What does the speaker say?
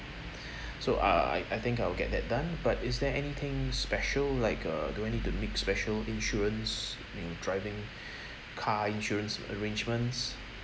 so uh I I think I'll get that done but is there anything special like uh do I need to make special insurance in driving car insurance arrangements